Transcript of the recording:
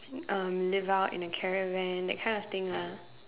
um live out in a caravan that kind of thing lah